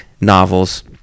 novels